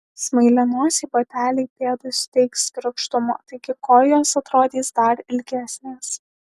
smailianosiai bateliai pėdai suteiks grakštumo taigi kojos atrodys dar ilgesnės